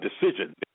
decision